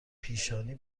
پیشانی